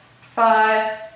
Five